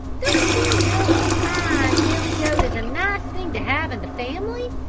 don't ye know a fine billy goat is a nice thing to have in the family?